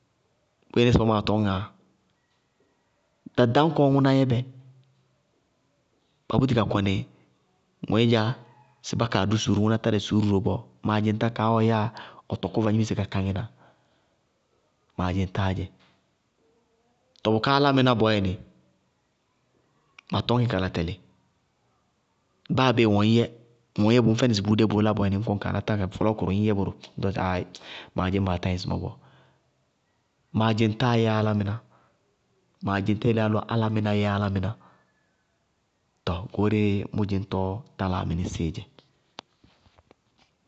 Bʋ yéŋ nɩ ŋsɩbɔɔ maa tɔñŋáa? Ɖaɖañkɔɔ ñʋná yɛ bɛ, ba búti ka kɔnɩ ŋoé dzá sɩ bá kaa dʋ suúru, ñʋná tá lɛ suúru ró bɔɔ. Maa dzaŋtá kaá ɔ yɛyá, ɔ tɔkɔ vagnimisé ka káŋɩna, maadzɩŋtáá dzɛ. Tɔɔ bʋká álámɩná bɔɔyɛ nɩ, ma tɔñ kɩ kala tɛlɩ, báa béé ŋwɛŋñyɛ ŋwɛ ŋñyɛ bʋmʋ fɛ nɩ bʋʋdé bʋʋ lá bɔɔyɛnɩ ŋ kɔnɩ kaa táŋ karɩ mɛ fɔlɔɔkʋrʋ ŋñyɛ bʋrʋ, ññ tɔŋsɩ aaayɩ, maa dzɩñŋ maa táyɛ ŋsɩmɔɔ bɔɔ. Maadzɩŋtáa yɛ álámɩná, maadzɩŋtá yeléyá lɔ álámɩná yɛ álámɩná. Tɔɔ goóreé mʋ dzɩñtɔɔ taláa mɩnɩsɩɩ dzɛ.